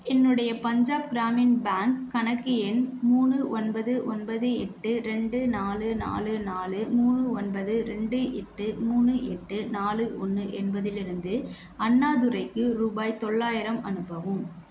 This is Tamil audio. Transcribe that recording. என்னுடைய பஞ்சாப் கிராமின் பேங்க் கணக்கு எண் மூணு ஒன்பது ஒன்பது எட்டு ரெண்டு நாலு நாலு நாலு மூணு ஒன்பது ரெண்டு எட்டு மூணு எட்டு நாலு ஒன்று என்பதிலிருந்து அண்ணாதுரைக்கு ரூபாய் தொள்ளாயிரம் அனுப்பவும்